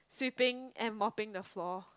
sweeping and mopping the floor